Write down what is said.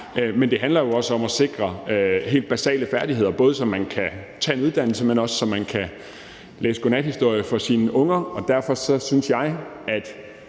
når det handler om at sikre helt basale færdigheder, så man kan tage en uddannelse, men også læse godnathistorier for sine unger. Derfor synes jeg, at